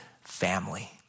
family